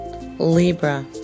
Libra